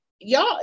y'all